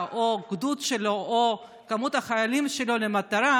או גדוד שלו או כמה מחייליו למטרה,